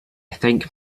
think